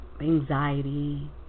anxiety